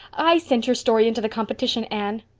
i sent your story into the competition, anne.